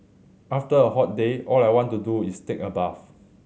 after a hot day all I want to do is take a bath